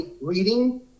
reading